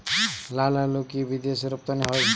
লালআলু কি বিদেশে রপ্তানি হয়?